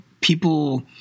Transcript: people –